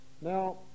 Now